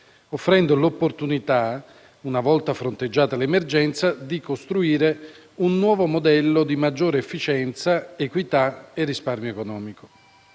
offrendo l'opportunità - una volta fronteggiata l'emergenza - di costruire un nuovo modello di maggiore efficienza, equità e risparmio economico.